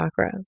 chakras